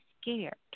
scared